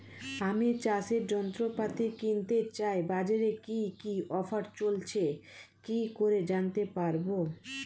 আমি চাষের যন্ত্রপাতি কিনতে চাই বাজারে কি কি অফার চলছে কি করে জানতে পারবো?